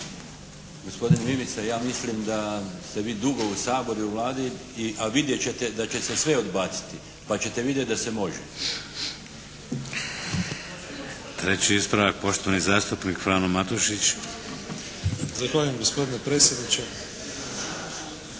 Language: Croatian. Gospodin Mimica, ja mislim da ste vi dugo u Saboru i u Vladi, a vidjet ćete da će se sve odbaciti. Pa ćete vidjet da se može. **Šeks, Vladimir (HDZ)** Treći ispravak, poštovani zastupnik Frano Matušić. **Matušić, Frano (HDZ)** Zahvaljujem gospodine predsjedniče.